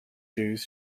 jews